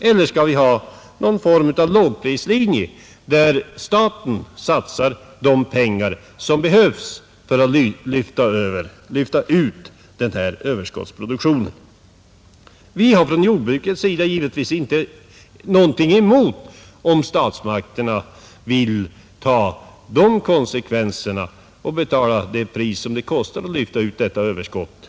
eller skall vi ha någon form av lågprislinje, där staten satsar de pengar som behövs för att lyfta ut denna överskottsproduktion? Från jordbrukets sida har vi givetvis ingenting emot att statsmakterna tar dessa konsekvenser och betalar vad det kostar att lyfta ut överskottet.